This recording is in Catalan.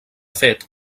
fet